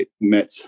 met